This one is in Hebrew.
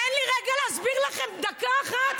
תן לי להסביר לכם דקה אחת.